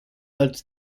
als